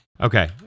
Okay